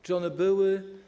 Czy one były?